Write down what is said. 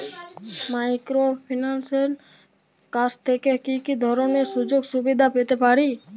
মাইক্রোফিন্যান্সের কাছ থেকে কি কি ধরনের সুযোগসুবিধা পেতে পারি?